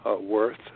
worth